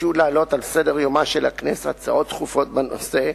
ביקשו להעלות על סדר-יומה של הכנסת הצעות דחופות בנושא: